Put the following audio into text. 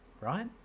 right